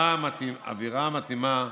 גיסא אווירה מתאימה,